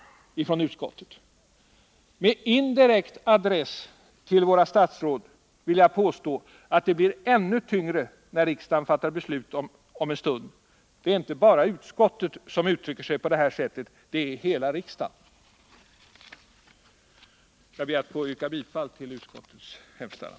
Med indirekt adress till våra statsråd vill jag påstå att det blir ännu tyngre när riksdagen fattar sitt beslut om en stund. Det är inte bara utskottet som uttrycker sig så — det är hela riksdagen. Fru talman! Jag ber att få yrka bifall till utskottets hemställan.